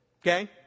Okay